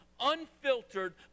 unfiltered